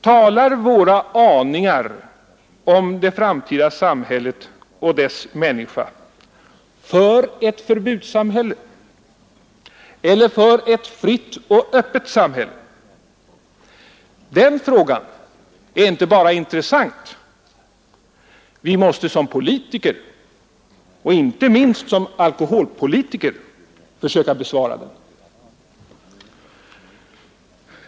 Talar våra aningar om det framtida samhället och dess människa för ett förbudssamhälle eller för ett fritt och öppet samhälle? Den frågan är inte bara intressant; vi måste som politiker — och inte minst som alkoholpolitiker — försöka besvara den.